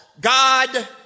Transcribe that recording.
God